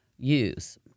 Use